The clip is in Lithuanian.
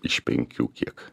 iš penkių kiek